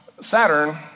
Saturn